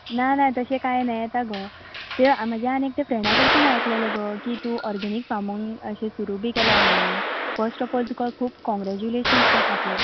ना ना तशें कांय ना येता गो तें म्हज्या आनी एकटे फ्रॅणा कडसून आयकलेलें गो की तूं ऑरगॅनीक फामींग अशें सुरू बी केलां म्हणून फस्ट ऑफ ऑल तुका खूब काँग्रेजुलेशन्स ते खातीर